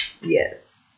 Yes